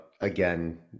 again